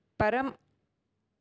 परं